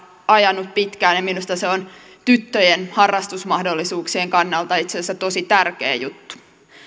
ajanut pitkään ja minusta se on tyttöjen harrastusmahdollisuuksien kannalta itse asiassa tosi tärkeä juttu